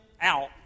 out